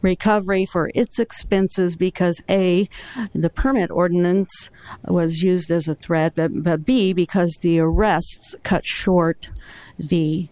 recovering for it's expenses because a the permit ordinance was used as a threat b because the arrests cut short the